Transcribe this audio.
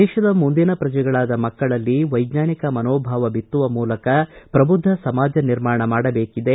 ದೇಶದ ಮುಂದಿನ ಶ್ರಜೆಗಳಾದ ಮಕ್ಕಳಲ್ಲಿ ವೈಜ್ಞಾನಿಕ ಮನೋಭಾವನೆಯನ್ನು ಬಿತ್ತುವ ಮೂಲಕ ಪ್ರಬುದ್ಧ ಸಮಾಜ ನಿರ್ಮಾಣ ಮಾಡಬೇಕಿದೆ